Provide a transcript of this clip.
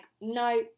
no